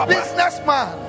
Businessman